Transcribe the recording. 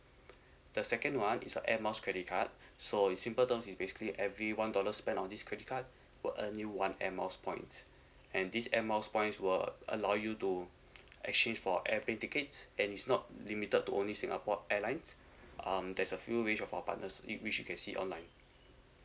the second one is a Air Miles credit card so it's simple terms it basically every one dollar spent on this credit card will earn you one Air Miles points and this Air Miles points will allow you to exchange for airplane tickets and it's not limited to only singapore airlines um there's a few range of our partners which which you can see online